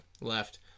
left